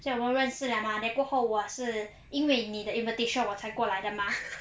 所以我们认识了吗 then 过后我是因为你的 invitation 我才过来的吗